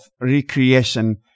recreation